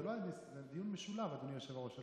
לא, זה דיון משולב, אדוני היושב-ראש.